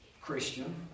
Christian